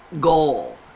goal